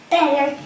Better